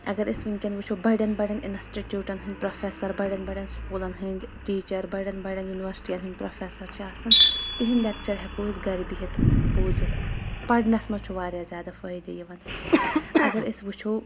اگر أسۍ وُنۍکیٚن وٕچھو بڑٮ۪ن بڑٮ۪ن انسٹٕٹیوٗٹن ہٕنٛدۍ پروفیسر بڑٮ۪ن بڑٮ۪ن سکوٗلن ہٕنٛدۍ ٹیٖچر بڑٮ۪ن بڑٮ۪ن یوٗنیورسٹٮ۪ن ہٕنٛدۍ پروفیسر چھِ آسان تِہنٛدۍ لیٚکچر ہٮ۪کو أسۍ گرِ بِہِتھ بوٗزتھ ہرنس منٛز چھُ واریاہ زیادٕ فٲیِدٕ یِوان اگر أسۍ وٕچھو